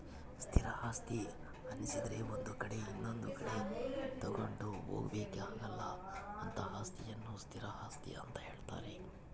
ಸ್ಥಿರ ಆಸ್ತಿ ಅನ್ನಿಸದ್ರೆ ಒಂದು ಕಡೆ ಇನೊಂದು ಕಡೆ ತಗೊಂಡು ಹೋಗೋಕೆ ಆಗಲ್ಲ ಅಂತಹ ಅಸ್ತಿಯನ್ನು ಸ್ಥಿರ ಆಸ್ತಿ ಅಂತ ಹೇಳ್ತಾರೆ